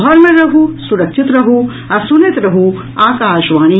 घर मे रहू सुरक्षित रहू आ सुनैत रहू आकाशवाणी